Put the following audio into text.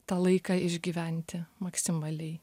tą laiką išgyventi maksimaliai